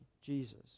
Jesus